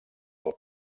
del